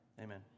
amen